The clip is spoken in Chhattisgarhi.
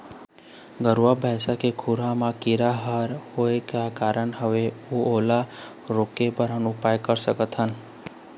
गरवा भैंसा के खुर मा कीरा हर होय का कारण हवए अऊ ओला रोके बर का उपाय कर सकथन?